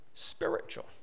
Spiritual